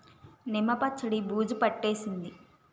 నిమ్మ పచ్చడి బూజు పట్టేసింది